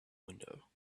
window